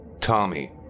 Tommy